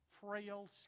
frail